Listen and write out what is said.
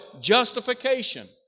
justification